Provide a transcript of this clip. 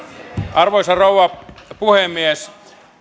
arvoisa rouva puhemies